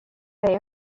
they